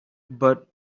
but